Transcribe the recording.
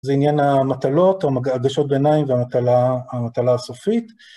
זה עניין המטלות או הגשות ביניים והמטלה הסופית.